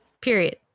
Period